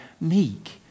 meek